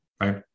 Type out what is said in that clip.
right